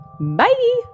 Bye